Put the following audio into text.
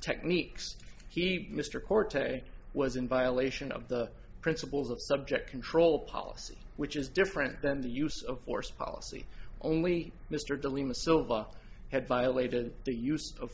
techniques he mr cortez was in violation of the principles of subject control policy which is different than the use of force policy only mr de lima silva had violated the use of